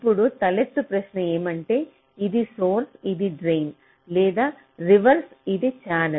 ఇప్పుడు తలెత్తు ప్రశ్న ఏమంటే ఇది సోర్స్ ఇది డ్రెన్ లేదా రివర్స్ ఇది ఛానెల్